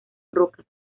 rocas